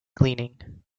cleaning